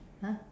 !huh!